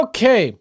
Okay